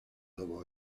dopo